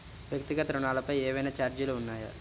వ్యక్తిగత ఋణాలపై ఏవైనా ఛార్జీలు ఉన్నాయా?